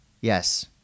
Yes